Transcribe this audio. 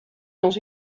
dans